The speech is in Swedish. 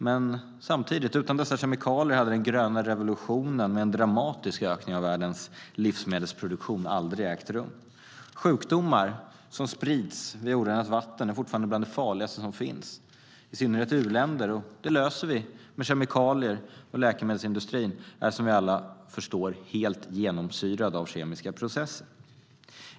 Men utan dessa kemikalier hade den gröna revolutionen, med en dramatisk ökning av världens livsmedelsproduktion, aldrig ägt rum. Sjukdomar som sprids via orenat vatten är fortfarande bland det farligaste som finns, i synnerhet i u-länder. Detta löser vi med kemikalier, och läkemedelsindustrin är som vi alla förstår helt genomsyrad av kemiska processer.